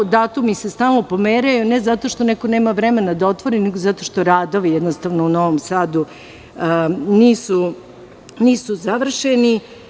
Datumi se stalno pomeraju, ne zato što neko nema vremena da otvori, nego zato što radovi jednostavno u Novom Sadu nisu završeni.